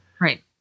Right